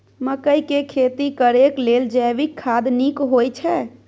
मकई के खेती करेक लेल जैविक खाद नीक होयछै?